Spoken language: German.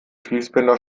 fließbänder